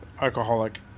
alcoholic